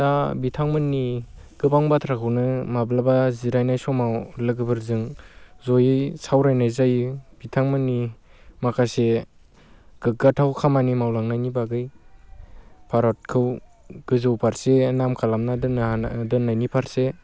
दा बिथांमोननि गोबां बाथ्राखौनो माब्लाबा जिरायनाय समाव लोगोफोरजों जयै सावरायनाय जायो बिथांमोननि माखासे गोग्गाथाव खामानि मावलांनायनि बागै भारतखौ गोजौ फारसे नाम खालामना दोननो हानाय दोननायनि फारसे